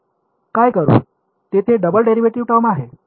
तर आता आपण काय करू तेथे डबल डेरिव्हेटिव्ह टर्म आहे